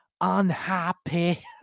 unhappy